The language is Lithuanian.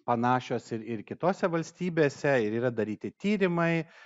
panašios ir ir kitose valstybėse ir yra daryti tyrimai